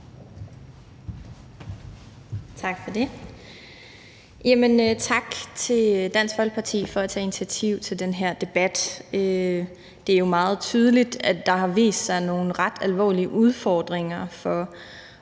Tak for det. Tak til Dansk Folkeparti for at tage initiativ til den her debat. Det er jo meget tydeligt, at der har vist sig nogle ret alvorlige udfordringer for bornholmerne